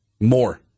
More